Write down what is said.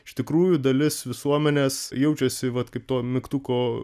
iš tikrųjų dalis visuomenės jaučiasi vat kaip to mygtuko